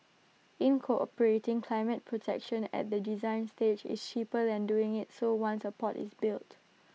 incorporating climate protection at the design stage is cheaper than doing IT so once A port is built